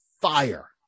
fire